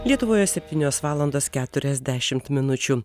lietuvoje septynios valandos keturiasdešimt minučių